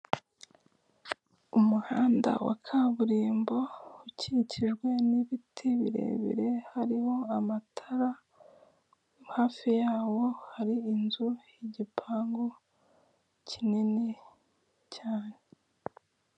Umuhanda wa kaburimbo ukikijwe n'ibiti birebire hariho amatara hafi yaho hari inzu y'igipangu kinini cyane.